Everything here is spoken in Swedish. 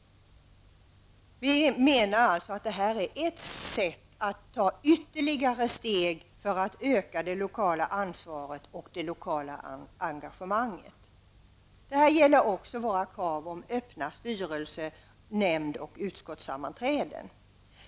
Detta är ett sätt att ta ytterligare steg för att öka det lokala ansvaret och det lokala engagemanget. Det gäller också våra krav om öppna styrelse-, nämnd och utskottssammanträden.